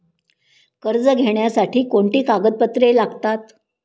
कर्ज घेण्यासाठी कोणती कागदपत्रे लागतात?